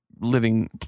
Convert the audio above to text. living